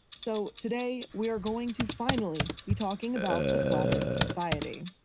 so, today we are going to finally be talking about the flat earth society.